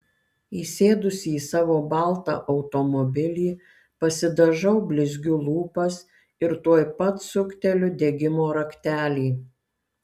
įsėdusi į savo baltą automobilį pasidažau blizgiu lūpas ir tuoj pat sukteliu degimo raktelį